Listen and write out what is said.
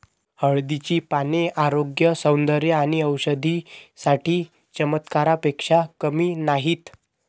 हळदीची पाने आरोग्य, सौंदर्य आणि औषधी साठी चमत्कारापेक्षा कमी नाहीत